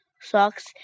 socks